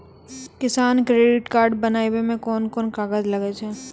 किसान credit card बनाबै मे कोन कोन कागज लागै छै?